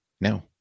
No